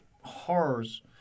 horrors